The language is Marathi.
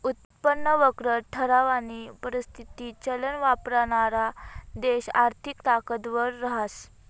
उत्पन्न वक्र ठरावानी परिस्थिती चलन वापरणारा देश आर्थिक ताकदवर रहास